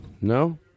No